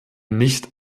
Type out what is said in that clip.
nicht